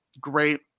great